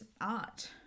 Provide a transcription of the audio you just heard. art